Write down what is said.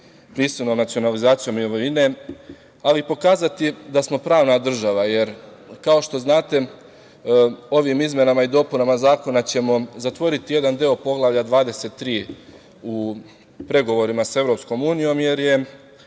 prisilnom nacionalizacijom imovine, ali pokazati da smo pravna država, jer, kao što znate, ovim izmenama i dopunama zakona ćemo zatvoriti jedan deo Poglavlja 23. u pregovorima sa EU, jer je